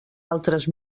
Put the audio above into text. altres